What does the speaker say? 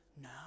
No